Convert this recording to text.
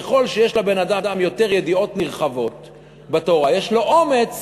ככל שיש לבן-אדם ידיעות נרחבות יותר בתורה יש לו אומץ